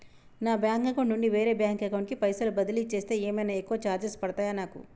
నా bank account నుండి వేరే బ్యాంక్ అకౌంట్ కి పైసల్ బదిలీ చేస్తే ఏమైనా ఎక్కువ చార్జెస్ పడ్తయా నాకు?